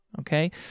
okay